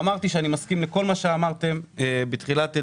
אמרתי שאני מסכים לכל מה שאמרתם בתחילת דבריכם.